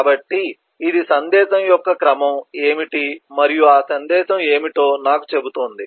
కాబట్టి ఇది సందేశం యొక్క క్రమం ఏమిటి మరియు ఆ సందేశం ఏమిటో నాకు చెబుతుంది